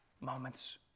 moments